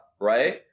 Right